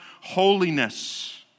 holiness